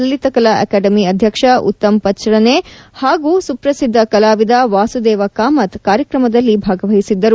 Lalitha Kala academy ಅಧ್ಯಕ್ಷ ಉತ್ತಮ್ ಪಚರ್ನೇ ಹಾಗೂ ಸುಪ್ರಸಿದ್ದ ಕಲಾವಿದ ವಾಸುದೇವ ಕಾಮತ್ ಕಾರ್ಯಕ್ರಮದಲ್ಲಿ ಭಾಗವಹಿಸಿದರು